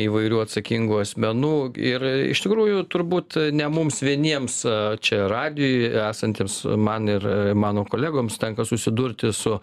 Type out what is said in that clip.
įvairių atsakingų asmenų ir iš tikrųjų turbūt ne mums vieniems čia radijuj esantiems man ir mano kolegoms tenka susidurti su